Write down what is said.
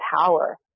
power